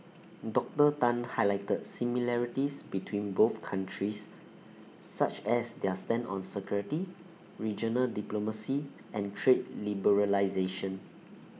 Doctor Tan highlighted similarities between both countries such as their stand on security regional diplomacy and trade liberalisation